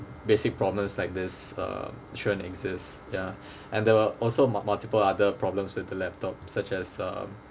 basic problems like this uh shouldn't exist ya and there were also mu~ multiple other problems with the laptop such as um